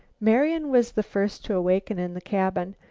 marian was the first to awaken in the cabin.